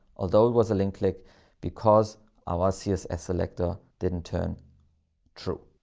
although was a link like because our css selector didn't turn true.